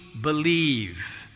believe